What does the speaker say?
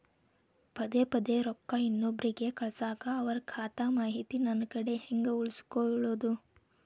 ಪದೆ ಪದೇ ರೊಕ್ಕ ಇನ್ನೊಬ್ರಿಗೆ ಕಳಸಾಕ್ ಅವರ ಖಾತಾ ಮಾಹಿತಿ ನನ್ನ ಕಡೆ ಹೆಂಗ್ ಉಳಿಸಿಕೊಳ್ಳೋದು?